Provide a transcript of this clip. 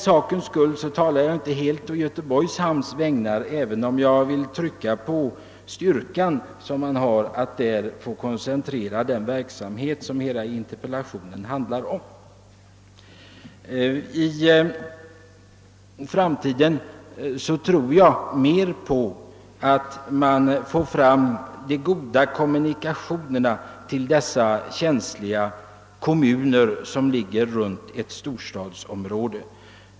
Jag talar här inte bara på Göteborgs hamns vägnar, även om jag vill trycka på den önskan som finns att man koncentrerar den verksamhet som interpellationen handlar om. Det är bättre att i framtiden få fram goda kommunikationer till de känsliga kommuner som ligger runt ett storstadsområde.